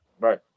right